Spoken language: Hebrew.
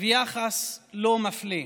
ויחס לא מפלה.